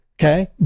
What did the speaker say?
okay